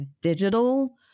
digital